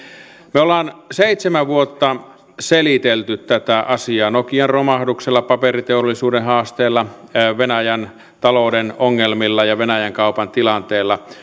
me olemme seitsemän vuotta selitelleet tätä asiaa nokian romahduksella paperiteollisuuden haasteilla venäjän talouden ongelmilla ja venäjän kaupan tilanteella